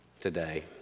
today